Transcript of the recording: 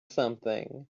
something